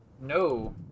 No